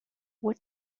what